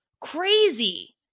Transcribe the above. crazy